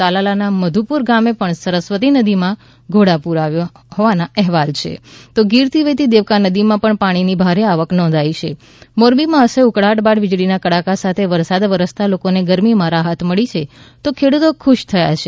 તાલાલા ના મધુપુર ગામે પણ સરસ્વતી નદી માં ઘોડાપૂર આવ્યું હોવાના અહેવાલ છે તો ગીર થી વહેતી દેવકા નદી માં પણ પાણી ની ભારે આવક નોંધાઈ છે મોરબીમાં અસહ્ય ઉકળાટ બાદ વીજળીના કડાકા સાથે વરસાદ વરસતા લોકોને ગરમીમાં રાહત મળી છે તો ખેડૂતો ખુશ થયા છે